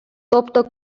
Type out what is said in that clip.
тобто